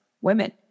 women